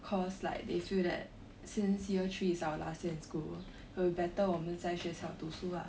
cause like they feel that since year three is our last year in school will be better 我们在学校读书啊